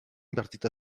invertit